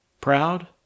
proud